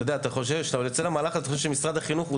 אתה חושב כאשר אתה יוצא למהלך שמשרד החינוך הוא